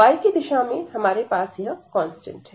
y की दिशा में हमारे पास यह कांस्टेंट है